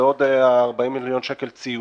ועוד 40 מיליון שקל לציוד.